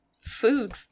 food